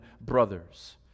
brothers